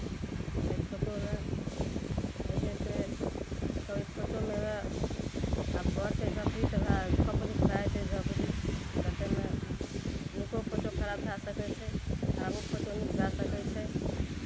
एहि फोटोमे होइ छै से कभी फोटोमे आब घरसँ झोपड़ी तऽ खोपड़ीसँ भए जाइ छै झोपड़ी देखयमे नीको फोटो खराब भए सकै छै खराबो फोटो नीक भए सकै छै